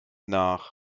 nach